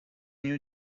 you